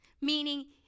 meaning